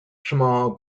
small